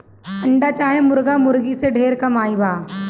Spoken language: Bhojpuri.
अंडा चाहे मुर्गा मुर्गी से ढेर कमाई बा